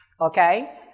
okay